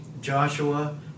Joshua